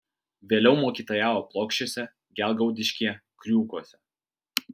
vėliau mokytojavo plokščiuose gelgaudiškyje kriūkuose